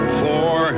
four